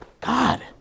God